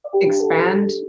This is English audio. expand